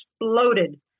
exploded